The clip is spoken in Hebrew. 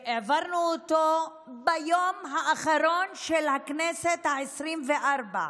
העברנו אותו ביום האחרון של הכנסת העשרים-וארבע.